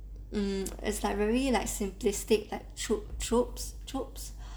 um it's like very like simplistic like troop troop troops